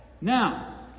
Now